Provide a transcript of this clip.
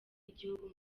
igihugu